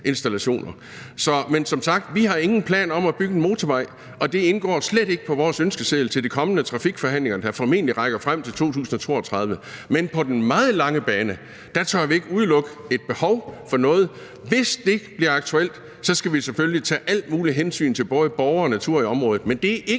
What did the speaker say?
Men som sagt har vi ingen planer om at bygge en motorvej, og det står slet ikke på vores ønskeseddel til de kommende trafikforhandlinger, som formentlig rækker frem til 2032. Men på den meget lange bane tør vi ikke udelukke et behov for et eller andet, og hvis det bliver aktuelt, skal vi selvfølgelig tage alle mulige hensyn til både borgerne og naturen i området. Men det er ikke